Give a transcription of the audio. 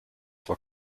zwar